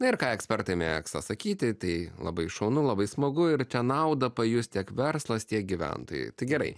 na ir ką ekspertai mėgsta sakyti tai labai šaunu labai smagu ir tą naudą pajus tiek verslas tiek gyventojai tai gerai